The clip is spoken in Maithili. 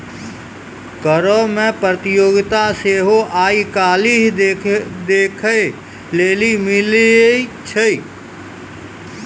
करो मे प्रतियोगिता सेहो आइ काल्हि देखै लेली मिलै छै